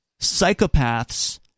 psychopaths